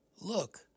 look